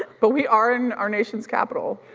but we are in our nation's capital.